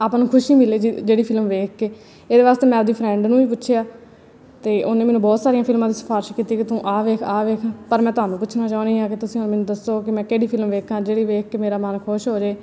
ਆਪਾਂ ਨੂੰ ਖੁਸ਼ੀ ਮਿਲੇ ਜਿਹੜੀ ਫਿਲਮ ਵੇਖ ਕੇ ਇਹਦੇ ਵਾਸਤੇ ਮੈਂ ਆਪਦੀ ਫਰੈਂਡ ਨੂੰ ਵੀ ਪੁੱਛਿਆ ਅਤੇ ਉਹਨੇ ਮੈਨੂੰ ਬਹੁਤ ਸਾਰੀਆਂ ਫਿਲਮਾਂ ਦੀ ਸਿਫਾਰਸ਼ ਕੀਤੀ ਕਿ ਤੂੰ ਆਹ ਵੇਖ ਆਹ ਵੇਖ ਪਰ ਮੈਂ ਤੁਹਾਨੂੰ ਪੁੱਛਣਾ ਚਾਹੁੰਦੀ ਹਾਂ ਕਿ ਤੁਸੀਂ ਮੈਨੂੰ ਦੱਸੋ ਕਿ ਮੈਂ ਕਿਹੜੀ ਫਿਲਮ ਵੇਖਾਂ ਜਿਹੜੀ ਵੇਖ ਕੇ ਮੇਰਾ ਮਨ ਖੁਸ਼ ਹੋਜੇ